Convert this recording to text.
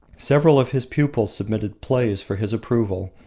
several of his pupils submitted plays for his approval,